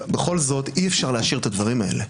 בכל זאת אי-אפשר להשאיר את הדברים האלה.